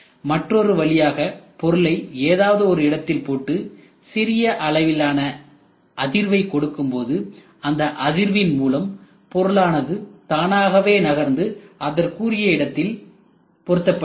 மற்றொரு வழியாக பொருளை ஏதாவது ஒரு இடத்தில் போட்டு சிறிய அளவிலான அதிர்வை கொடுக்கும்போது அந்த அதிர்வின் மூலம் பொருளானது தானாகவே நகர்ந்து அதற்குரிய இடத்தில் பொருத்தப்படுகிறது